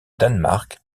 danemark